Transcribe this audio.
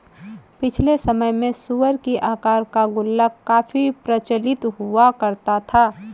पिछले समय में सूअर की आकार का गुल्लक काफी प्रचलित हुआ करता था